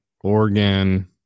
Oregon